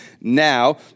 now